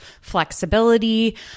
flexibility